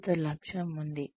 విస్తృత లక్ష్యం ఉంది